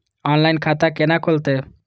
Online खाता केना खुलते?